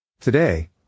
Today